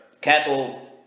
cattle